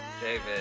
David